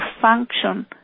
function